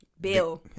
Bill